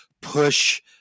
push